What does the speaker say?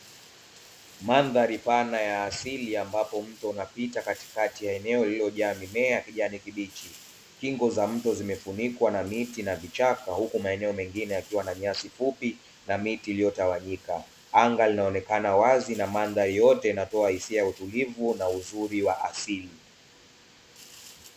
Mandhari pana ya asili ambapo mto unapita katikati ya eneo lililojaa mimea ya kijani kibichi. Kingo za mto zimefunikwa na miti na vichaka huku maeneo mengine yakiwa na nyasi fupi na miti iliyotawanyika. Anga linaonekana wazi na mandhari yote inatoa hisia ya utulivu na uzuri wa asili.